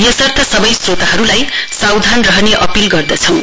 यसर्थ सबै श्रोतहरुलाई सावधान रहने अपील गर्दछौं